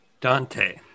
Dante